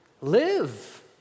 live